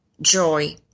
joy